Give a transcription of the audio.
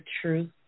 truth